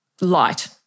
light